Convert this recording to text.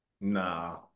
Nah